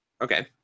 Okay